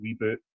reboot